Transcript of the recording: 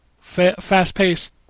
fast-paced